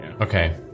Okay